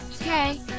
Okay